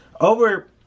over